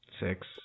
Six